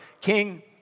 King